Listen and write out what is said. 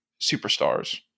superstars